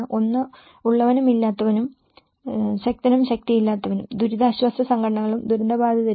ഒന്ന് ഉള്ളവനും ഇല്ലാത്തവനും ശക്തരും ശക്തിയില്ലാത്തവരും ദുരിതാശ്വാസ സംഘടനകളും ദുരന്തബാധിതരും